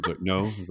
No